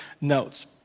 notes